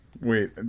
Wait